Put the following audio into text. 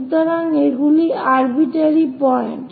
সুতরাং এগুলো arbitrary point